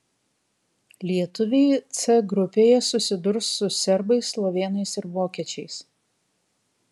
lietuviai c grupėje susidurs su serbais slovėnais ir vokiečiais